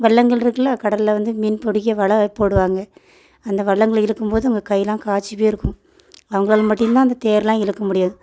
வெள்ளங்களிருக்குல்ல கடலில் வந்து மீன் பிடிக்க வலை போடுவாங்க அந்த வெள்ளங்கள் இழுக்கும் போது அவங்க கையெல்லாம் காய்ச்சி போயிருக்கும் அவங்களால் மட்டும்தான் அந்த தேரெலாம் இழுக்க முடியும்